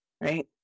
Right